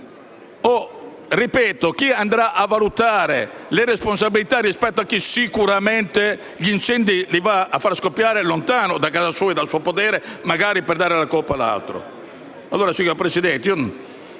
Lo ripeto: chi andrà a valutare le responsabilità rispetto a chi sicuramente va a far scoppiare gli incendi lontano da casa sua o dal suo podere, magari per dare la colpa ad altri?